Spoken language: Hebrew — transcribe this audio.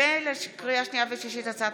הצעת